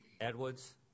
Edwards